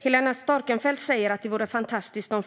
Helena Storckenfeldt säger att det vore fantastiskt om